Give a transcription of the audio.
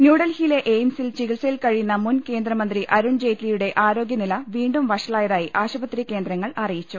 ന്യൂഡൽഹിയിലെ എയിംസിൽ ചികിത്സയിൽ കഴിയുന്ന മുൻ കേന്ദ്രമന്ത്രി അരുൺ ജെയ്റ്റ്ലിയുടെ ആരോഗൃ നില വീണ്ടും വഷ ളായതായി ആശുപത്രി കേന്ദ്രങ്ങൾ അറിയിച്ചു